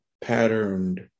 patterned